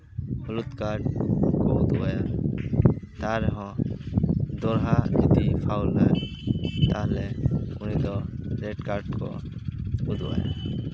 ᱦᱩᱞᱩᱫᱠᱟᱨᱰ ᱠᱚ ᱩᱫᱩᱜ ᱟᱭᱟ ᱛᱟ ᱨᱮᱦᱚᱸ ᱫᱚᱦᱲᱟ ᱡᱩᱫᱤ ᱯᱷᱟᱩᱞ ᱟᱭ ᱛᱟᱦᱞᱮ ᱩᱱᱤ ᱫᱚ ᱨᱮᱰ ᱠᱟᱨᱰ ᱠᱚ ᱩᱫᱩᱜ ᱟᱭᱟ